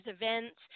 events